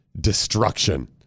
destruction